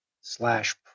slash